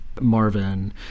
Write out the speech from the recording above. Marvin